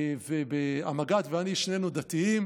המג"ד ואני שנינו דתיים.